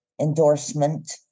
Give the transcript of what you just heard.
endorsement